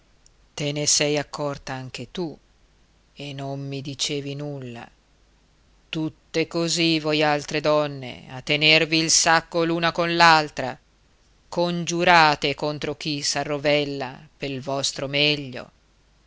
te ne sei accorta anche tu e non mi dicevi nulla tutte così voialtre donne a tenervi il sacco l'una coll'altra congiurate contro chi s'arrovella pel vostro meglio